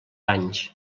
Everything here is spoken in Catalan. anys